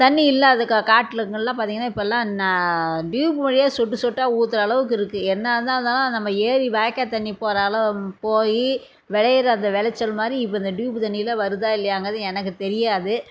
தண்ணி இல்லாத கா காட்டுங்கள்லாம் பார்த்தீங்கன்னா இப்போல்லாம் ந டியூப் வழியாக சொட்டு சொட்டா ஊற்றுற அளவுக்கு இருக்குது என்னா தான் இருந்தாலும் அது நம்ம ஏரி வாய்க்கால் தண்ணி போகிற அள போய் விலையிற அந்த விளைச்சல் மாதிரி இப்போ இந்த டியூப்பு தண்ணியில் வருதா இல்லையாங்கிறது எனக்கு தெரியாது